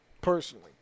personally